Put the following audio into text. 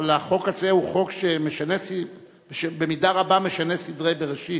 אבל החוק הזה הוא חוק שבמידה רבה משנה סדרי בראשית.